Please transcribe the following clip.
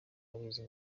abizi